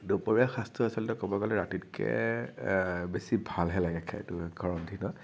দুপৰীয়া সাঁজটো আচলতে ক'ব গলে ৰাতিতকৈ বেছি ভালহে লাগে গৰম দিনত